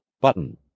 button